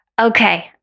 Okay